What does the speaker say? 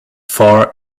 far